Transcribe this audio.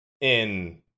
in-